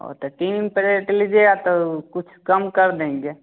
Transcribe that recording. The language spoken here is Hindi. वह तो तीन परेट लीजिएगा तो कुछ कम कर देंगे